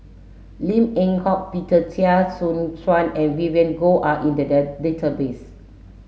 Lin Eng Hock Peter Chia Choo Suan and Vivien Goh are in the database